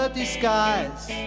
disguise